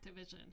activision